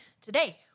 Today